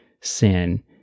sin